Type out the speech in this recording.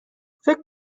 فکر